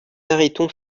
mariton